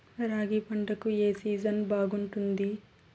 రాగి పంటకు, ఏ సీజన్ బాగుంటుంది?